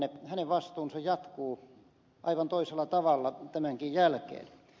hänen vastuunsa jatkuu aivan toisella tavalla tämänkin jälkeen